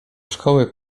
szkoły